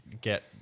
get